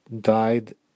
died